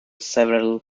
several